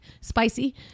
spicy